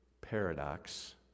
paradox